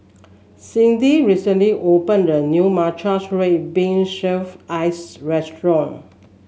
Cindy recently opened a new Matcha Red Bean Shaved Ice restaurant